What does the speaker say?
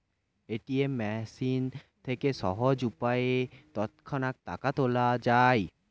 ATM machine থেকে সহজ উপায়ে তৎক্ষণাৎ টাকা তোলা যায়